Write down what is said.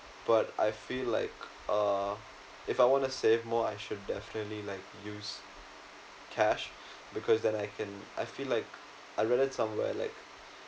but I feel like uh if I wanna save more I should definitely like use cash because then I can I feel like I read it somewhere like